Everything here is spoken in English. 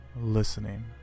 listening